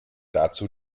dazu